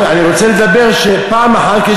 אני רוצה לדבר פעם אחת,